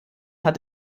hat